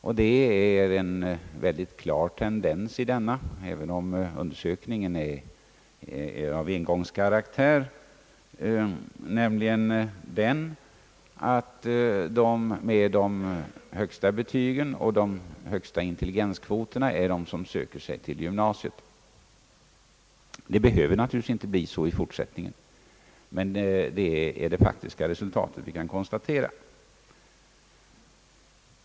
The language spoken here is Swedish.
Även om undersökningen har engångskaraktär kan man säga att tendensen är mycket klar, nämligen den att eleverna med de högsta betygen och högsta intelligenskvoterna söker sig till gymnasiet. Det behöver naturligtvis inte bli så i fortsättningen, men detta är det faktiska förhållande vi kan konstatera.